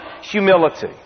humility